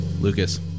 lucas